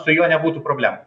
su juo nebūtų problemų